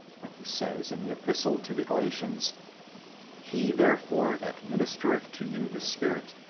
when he says in the epistle to the galatians he therefore that ministereth to you the spirit,